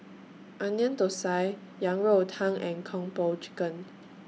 Onion Thosai Yang Rou Tang and Kung Po Chicken